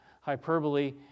hyperbole